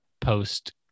post